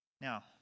Now